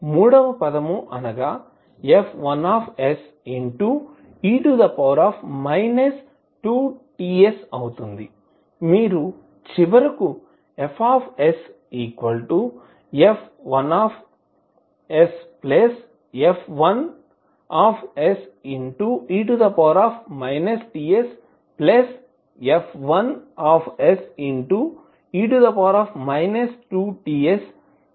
మూడవ పదము గా F1se 2Ts అవుతుంది